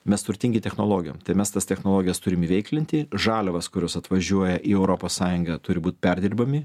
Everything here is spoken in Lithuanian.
mes turtingi technologijom tai mes tas technologijas turim įveiklinti žaliavos kurios atvažiuoja į europos sąjungą turi būt perdirbami